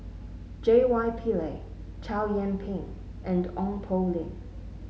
J Y Pillay Chow Yian Ping and Ong Poh Lim